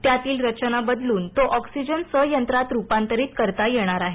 त्यातील रचना बदलून तो ऑक्सिजन संयंत्रात रुपांतरीत करता येणार आहे